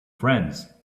friends